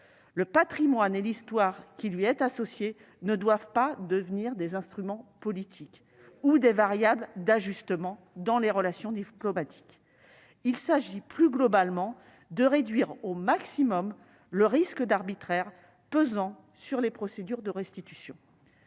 Le patrimoine et l'histoire qui lui est associée ne doivent pas devenir des instruments politiques ou des variables d'ajustement dans les relations diplomatiques. Il s'agit, plus globalement, de réduire au maximum le risque d'arbitraire pesant sur les procédures de restitution.